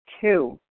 Two